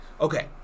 Okay